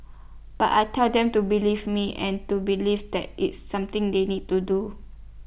but I tell them to believe me and to believe that it's something they need to do